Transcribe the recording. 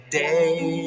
day